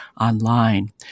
online